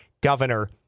Governor